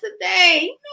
today